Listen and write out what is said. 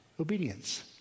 Obedience